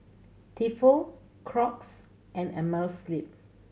Tefal Crocs and Amerisleep